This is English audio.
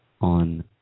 on